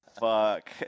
Fuck